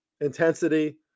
intensity